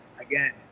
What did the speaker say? again